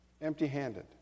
empty-handed